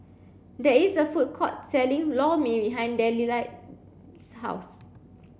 there is a food court selling Lor Mee behind Delila's house